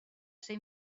ser